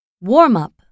Warm-up